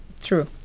true